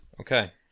okay